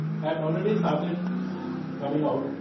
had already started coming out.